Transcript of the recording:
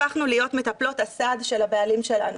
הפכנו להיות מטפלות הסעד של הבעלים שלנו,